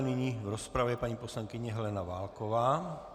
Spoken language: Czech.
Nyní v rozpravě paní poslankyně Helena Válková.